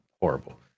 horrible